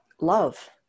love